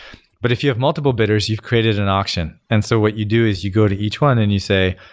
but if you have multiple bidders, you've created an auction. and so what you do is you go to each one and you say,